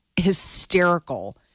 hysterical